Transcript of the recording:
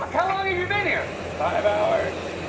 like how long have you been here? five hours.